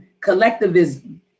collectivism